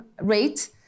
rate